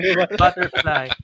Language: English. Butterfly